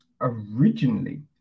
originally